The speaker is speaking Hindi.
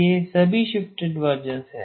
ये सभी शिफ्टेड वर्जन् हैं